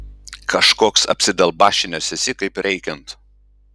kažkoks apsidalbašinęs esi kaip reikiant